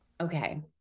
okay